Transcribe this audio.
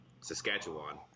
Saskatchewan